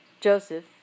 Joseph